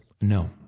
No